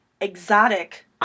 exotic